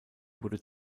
wurde